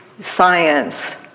science